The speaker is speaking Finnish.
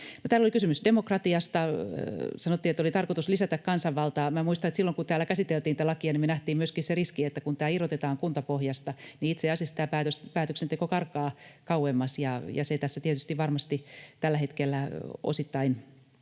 täällä oli kysymys demokratiasta, ja sanottiin, että oli tarkoitus lisätä kansanvaltaa: Muistan, että silloin kun täällä käsiteltiin tätä lakia, me nähtiin myöskin se riski, että kun tämä irrotetaan kuntapohjasta, niin itse asiassa tämä päätöksenteko karkaa kauemmas, ja se tässä tietysti varmasti tällä hetkellä osittain